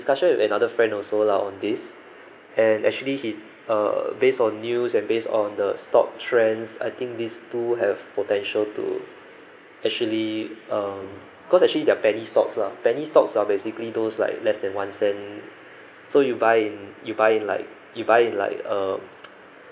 discussion with another friend also lah on this and actually he uh based on news and based on the stock trends I think these two have potential to actually um cause actually they're penny stocks lah penny stocks are basically those like less than one cent so you buy in you buy in like you buy in like uh